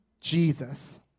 jesus